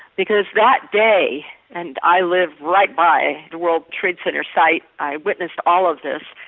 because that day and i lived right by the world trade centre site, i witnessed all of this,